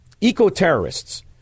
eco-terrorists